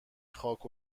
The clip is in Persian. خاک